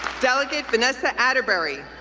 delegate vanessa atterbeary,